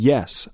Yes